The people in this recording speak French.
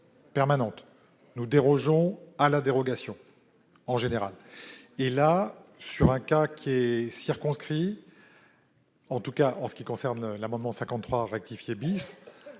Nous dérogeons à la dérogation, en général. Et là, sur un cas qui est circonscrit, tout du moins pour ce qui concerne l'amendement n° 53 rectifié,